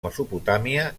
mesopotàmia